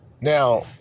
Now